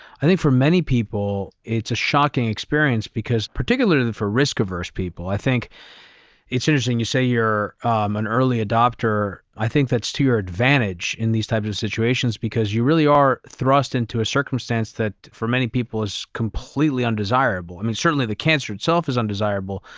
i think for many people it's a shocking experience because particularly for risk averse people, i think it's interesting you say you're an early adopter. i think that's to your advantage in these types of situations because you really are thrust into a circumstance that for many people it's completely undesirable. i mean, certainly the cancer itself is undesirable,